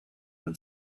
and